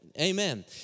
Amen